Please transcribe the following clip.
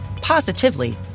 positively